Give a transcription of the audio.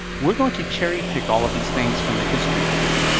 were going to cherry pick all of these things from the history tree,